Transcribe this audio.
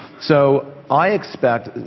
so, i expect,